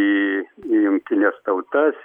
į jungtines tautas